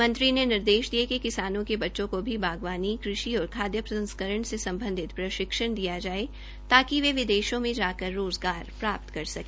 मंत्री ने निर्देश दिये कि किसानों के बच्चों को भी बागवानी कृषि और खादय प्रसंस्करण से सम्बधित प्रशिक्षण दिया जाये ताकि वे विदेशों में जाकर रोज़गार प्राप्त कर सके